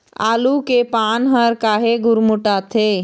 आलू के पान हर काहे गुरमुटाथे?